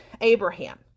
Abraham